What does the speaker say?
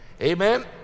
Amen